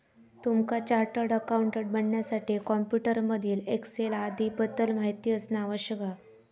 तुमका chartered accountant बनण्यासाठी computer मधील एक्सेल आदीं बद्दल माहिती असना आवश्यक हा